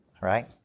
Right